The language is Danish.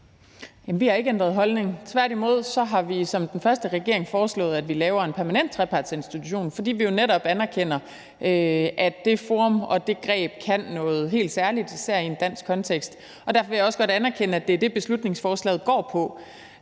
vi har ikke ændret holdning. Tværtimod har vi som den første regering foreslået, at vi laver en permanent trepartsinstitution, fordi vi jo netop anerkender, at det forum og det greb kan noget helt særligt, især i en dansk kontekst. Derfor vil jeg også godt anerkende, at det er det, beslutningsforslaget går på.